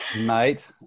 mate